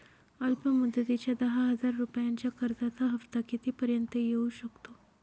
अल्प मुदतीच्या दहा हजार रुपयांच्या कर्जाचा हफ्ता किती पर्यंत येवू शकतो?